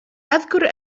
أذكر